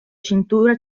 cintura